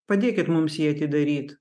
padėkit mums jį atidaryt